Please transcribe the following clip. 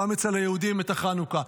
גם אצל היהודים את חנוכה.